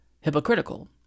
hypocritical